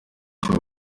cy’u